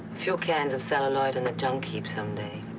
few cans of celluloid in a junk heap someday.